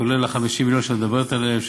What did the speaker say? כולל 50 מיליון שאת מדברת עליהם,